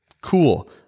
Cool